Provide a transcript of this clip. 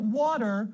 water